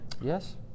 Yes